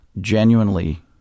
genuinely